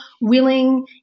willing